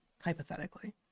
hypothetically